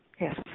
Yes